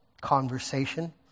conversation